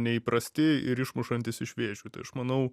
neįprasti ir išmušantys iš vėžių tai aš manau